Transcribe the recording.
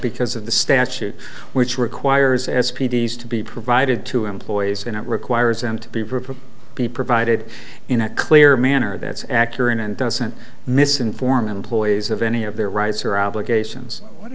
because of the statute which requires as petey's to be provided to employees and it requires them to be for be provided in a clear manner that's accurate and doesn't misinformed employees of any of their rights or obligations what